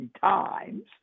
times